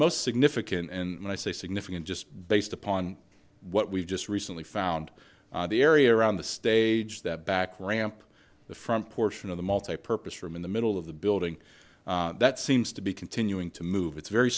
most significant and i say significant just based upon what we've just recently found the area around the stage that back ramp the front portion of the multipurpose room in the middle of the building that seems to be continuing to move it's very